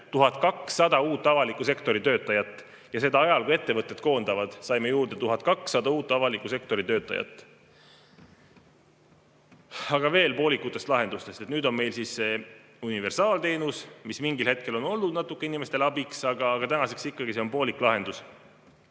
1200 uut avaliku sektori töötajat – ja seda ajal, kui ettevõtted koondavad. Saime juurde 1200 uut avaliku sektori töötajat! Aga veel poolikutest lahendustest. Nüüd on meil siis see universaalteenus, mis mingil hetkel on natuke olnud inimestele abiks, aga tänaseks on see ikkagi poolik lahendus.